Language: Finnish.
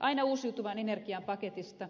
aina uusiutuvan energian paketista